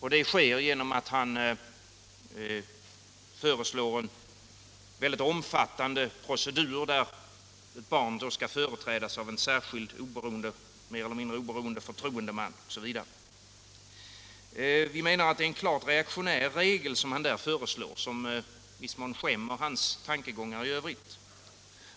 Han föreslår därvid en mycket omfattande procedur, där barn skall företrädas av en särskild mer eller mindre oberoende förtroendeman osv. Vi menar att herr Gahrtons förslag innebär en klart reaktionär regel som i viss mån skämmer hans tankegångar i övrigt.